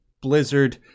Blizzard